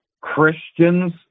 Christians